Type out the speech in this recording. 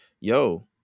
yo